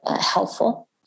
helpful